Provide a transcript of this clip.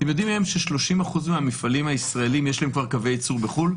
אתם יודעים שהיום 30% מהמפעלים הישראלים כבר יש להם קווי ייצור בחו"ל?